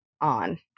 on